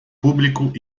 público